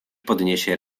podniesie